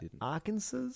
Arkansas